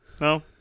no